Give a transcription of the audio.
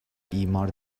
imar